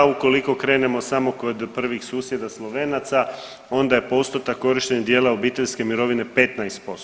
Ukoliko krenemo samo kod prvih susjeda Slovenaca onda je postotak korištenja dijela obiteljske mirovine 15%